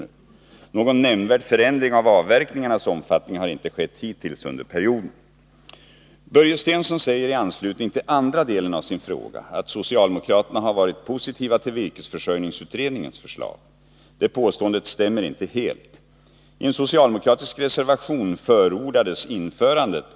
Om så är fallet skulle en möjlig väg ut ur vilsenheten vara att man lyssnar på den massiva kritik mot det signalerade förslaget som redovisas på skilda håll. Förra torsdagen inbjöd man från jordbruksdepartementet till presskonfe rens med anledning av förslaget. Av skrivningen i pressmeddelandet framgår att lagförslaget just den dagen skulle ha överlämnats till lagrådet.